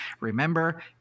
Remember